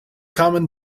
common